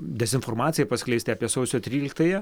dezinformaciją paskleisti apie sausio tryliktąją